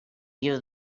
you